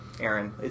Aaron